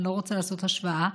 אני לא רוצה לעשות השוואה,